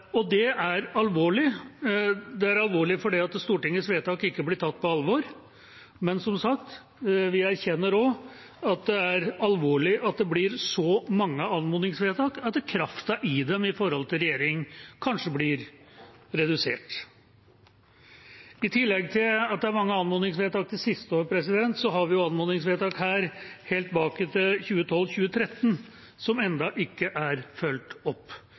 Det er alvorlig. Det er alvorlig fordi Stortingets vedtak ikke blir tatt på alvor, men vi erkjenner som sagt også at det er alvorlig at det blir så mange anmodningsvedtak at kraften i dem overfor regjeringa kanskje blir redusert. I tillegg til at det er mange anmodningsvedtak det siste året, har vi anmodningsvedtak helt tilbake til 2012/2013 som ennå ikke er fulgt opp.